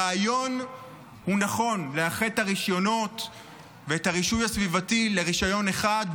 הרעיון הוא נכון: לאחד את הרישיונות ואת הרישוי הסביבתי לרישיון אחד,